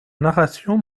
narration